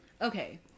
Okay